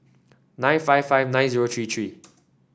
nine five five nine zero three three